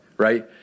right